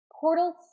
Portal